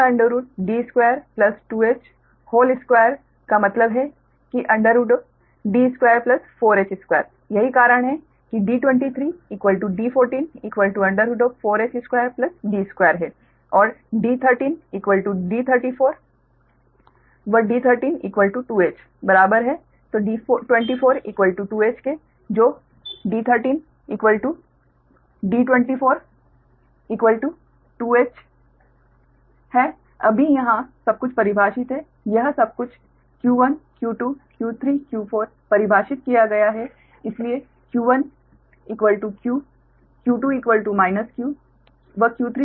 तो under root d square plus 2 h whole square का मतलब है कि d24h2 यही कारण है कि d23d14 4h2d2 है और d13d34 d132h बराबर है d242h के जो d13d242h है अभी यहाँ सब कुछ परिभाषित है सब कुछ q1 q2 q3 q4 परिभाषित किया गया है इसलिए q1q q2 q q3 q और q4 q